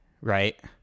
right